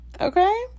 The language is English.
Okay